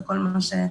זה כל מה שמבקשים.